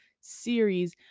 series